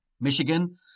Michigan